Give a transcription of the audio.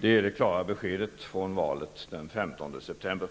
Det är det klara beskedet från valet den 15 september.